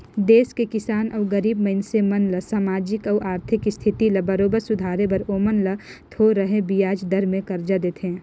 देस के किसान अउ गरीब मइनसे मन ल सामाजिक अउ आरथिक इस्थिति ल बरोबर सुधारे बर ओमन ल थो रहें बियाज दर में करजा देथे